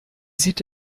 sieht